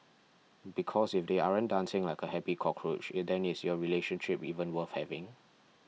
because if they aren't dancing like a happy cockroach then is your relationship even worth having